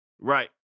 Right